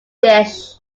dish